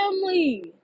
family